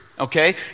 okay